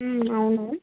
అవును